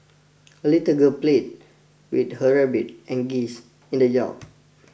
the little girl played with her rabbit and geese in the yard